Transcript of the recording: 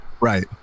Right